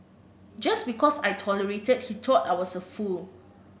just because I tolerated he thought I was a fool